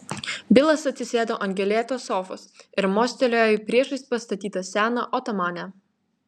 bilas atsisėdo ant gėlėtos sofos ir mostelėjo į priešais pastatytą seną otomanę